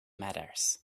matters